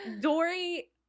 Dory